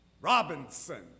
Robinson